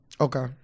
Okay